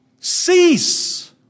Cease